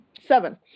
seven